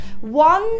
One